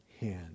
hand